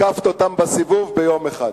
עקפת אותם בסיבוב ביום אחד.